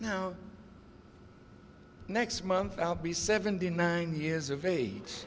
now next month i'll be seventy nine years of age